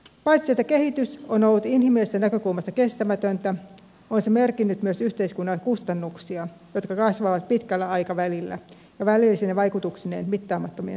paitsi että kehitys on ollut inhimillisestä näkökulmasta kestämätöntä on se merkinnyt myös yhteiskunnalle kustannuksia jotka kasvavat pitkällä aikavälillä ja välillisine vaikutuksineen mittaamattoman suuriksi